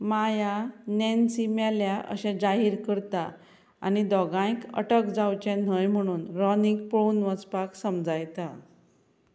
माया Nancy मेल्या अशें जाहीर करता आनी दोगायक अटक जावचें न्हय म्हुणून रॉनीक पळून वचपाक समजायता